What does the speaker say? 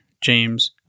James